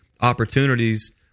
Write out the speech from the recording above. opportunities